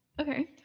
okay